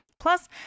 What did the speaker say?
Plus